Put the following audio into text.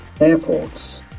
airports